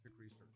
research